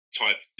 type